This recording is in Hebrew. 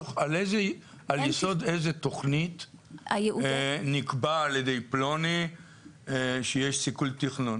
על יסוד איזו תוכנית נקבע על ידי פלוני שיש סיכול תכנון?